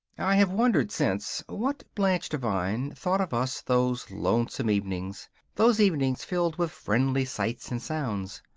i have wondered since what blanche devine thought of us those lonesome evenings those evenings filled with friendly sights and sounds.